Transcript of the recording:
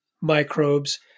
microbes